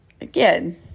Again